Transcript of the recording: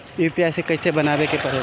UPI कइसे बनावे के परेला?